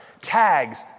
tags